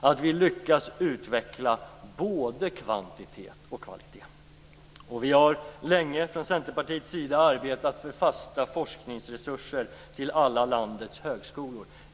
att vi lyckas utveckla både kvantitet och kvalitet. Centerpartiet har länge arbetat för fasta forskningsresurser till alla landets högskolor.